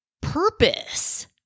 purpose